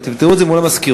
תפתרו את זה מול המזכירות.